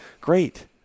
Great